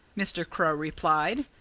mr. crow replied.